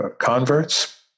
converts